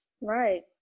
right